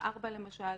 סעיף 4 למשל,